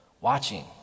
watching